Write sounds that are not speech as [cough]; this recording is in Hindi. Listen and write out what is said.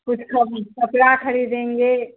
कुछ [unintelligible] कपड़ा खरीदेंगे